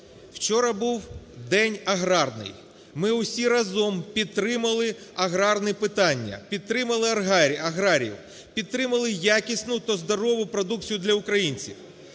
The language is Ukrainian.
Вчора був день аграрний, ми всі разом підтримали аграрне питання, підтримали аграріїв, підтримали якісну та здорову продукцію для українців.